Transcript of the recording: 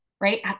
Right